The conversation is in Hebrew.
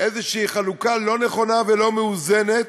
איזושהי חלוקה לא נכונה ולא מאוזנת,